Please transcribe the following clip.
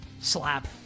slap